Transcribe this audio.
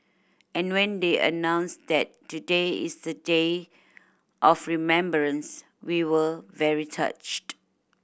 and when they announced that today is a day of remembrance we were very touched